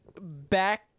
back